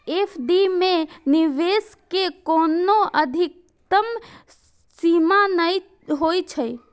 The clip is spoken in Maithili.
एफ.डी मे निवेश के कोनो अधिकतम सीमा नै होइ छै